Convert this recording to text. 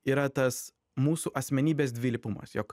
yra tas mūsų asmenybės dvilypumas jog